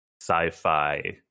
sci-fi